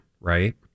Right